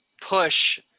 push